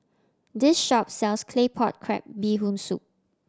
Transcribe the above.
this shop sells Claypot Crab Bee Hoon Soup